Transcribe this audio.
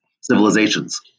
civilizations